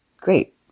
great